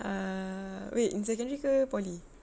ah wait in secondary ke poly